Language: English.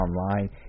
Online